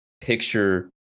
picture